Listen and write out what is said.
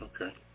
Okay